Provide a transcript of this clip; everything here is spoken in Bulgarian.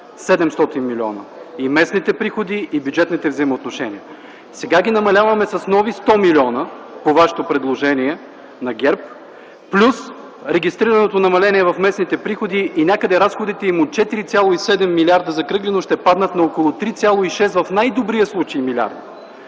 700 млн. лв. – и местните приходи, и бюджетните взаимоотношения. Сега ги намаляваме с нови 100 млн. лв. по вашето предложение – на ГЕРБ, плюс регистрираното намаление в местните приходи. Някъде разходите им от 4,7 милиарда лв. (закръглено) ще паднат на около 3,6 млрд. лв. в най-добрия случай.